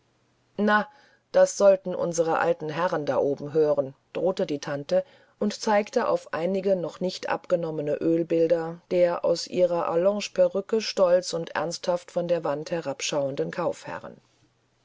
na das sollten unsere alten herren da oben hören drohte die tante und zeigte auf einige noch nicht abgenommene oelbilder der aus ihrer allongeperücke stolz und ernsthaft von der wand herabschauenden